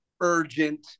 urgent